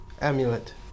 Amulet